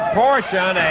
portion